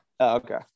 okay